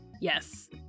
Yes